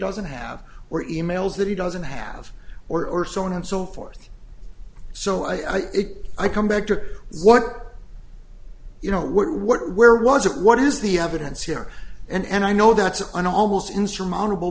doesn't have we're e mails that he doesn't have or or so on and so forth so i it i come back to what you know what what where was it what is the evidence here and i know that's an almost insurmountable